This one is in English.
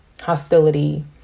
hostility